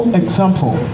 example